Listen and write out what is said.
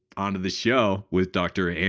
on to the show with dr. and